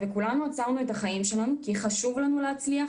וכולנו עצרנו את החיים שלנו כי חשוב לנו להצליח,